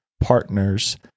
partners